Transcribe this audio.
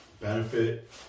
Benefit